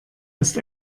ist